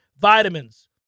Vitamins